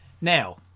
Now